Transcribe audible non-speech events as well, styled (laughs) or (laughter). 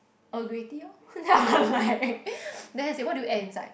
Earl Grey tea orh (laughs) then I'm like (noise) then I say what do you add inside